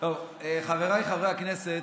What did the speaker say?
חבריי חברי הכנסת,